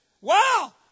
Wow